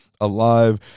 alive